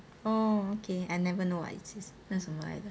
oh okay I never know what it is 那什么来的